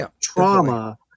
trauma